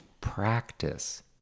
practice